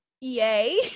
Yay